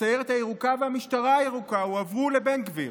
הסיירת הירוקה והמשטרה הירוקה הועברו לבן גביר.